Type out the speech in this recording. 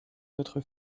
votre